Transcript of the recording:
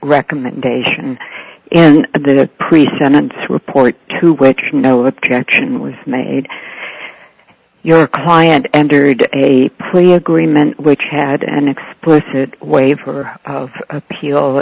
recommendation of the pre sentence report to which no objection was made your client entered a plea agreement which had an explicit waiver of appeal